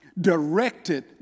directed